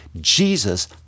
Jesus